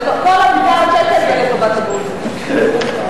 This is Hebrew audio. כל המיליארד שקל יהיה לטובת הדרוזים והצ'רקסים.